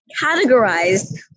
categorized